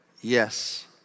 Yes